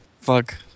fuck